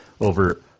over